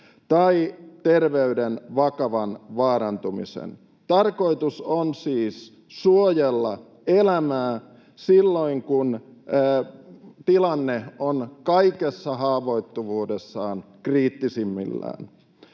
tai terveyden vakavan vaarantumisen. Tarkoitus on siis suojella elämää silloin, kun tilanne on kaikessa haavoittuvuudessaan kriittisimmillään.